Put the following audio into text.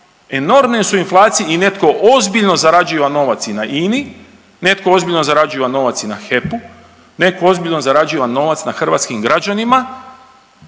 enormne su u inflaciji i netko ozbiljno zarađiva novac i na INA-i, netko ozbiljno zarađiva novac i na HEP-u, netko ozbiljno zarađiva novac na hrvatskim građanima